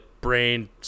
brain